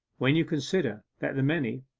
when you consider that the many,